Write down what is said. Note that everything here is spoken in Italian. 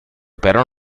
però